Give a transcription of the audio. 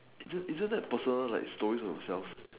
isn't isn't that personal like story about yourself